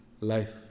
life